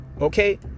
okay